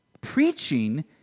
Preaching